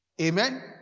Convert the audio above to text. Amen